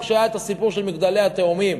גם כשהיה הסיפור של "מגדלי התאומים",